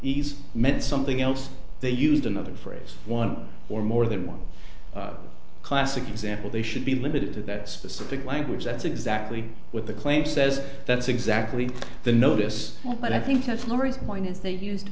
ease meant something else they used another phrase one or more than one classic example they should be limited to that specific language that's exactly what the claim says that's exactly the notice but i think that's laurie's point is they used